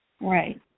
Right